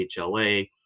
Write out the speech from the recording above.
hla